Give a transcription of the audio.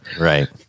right